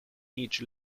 each